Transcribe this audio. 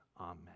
amen